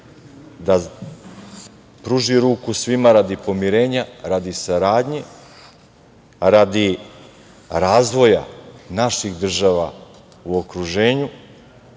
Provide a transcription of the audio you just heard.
da pruži ruku svima radi pomirenja, radi saradnje, radi razvoja naših država u okruženju